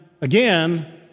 again